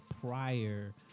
prior